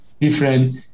different